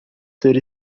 ser